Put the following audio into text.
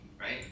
right